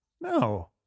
no